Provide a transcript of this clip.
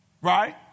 right